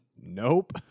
nope